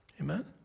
Amen